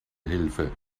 hilfe